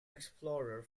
explorer